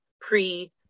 pre